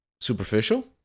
superficial